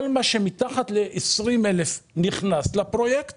כל מה שמתחת ל-20 אלף נכנס לפרויקט